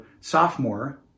sophomore